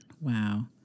Wow